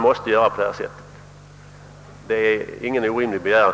Detta är ingen orimlig begäran.